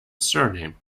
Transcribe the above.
surname